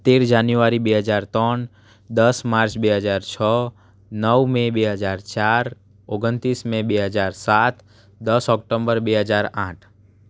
તેર જાન્યુઆરી બે હજાર ત્રણ દસ માર્ચ બે હજાર છ નવ મે બે હજાર ચાર ઓગણત્રીસ મે બે હજાર સાત દસ ઓક્ટોમ્બર બે હજાર આઠ